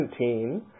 2017